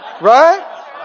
Right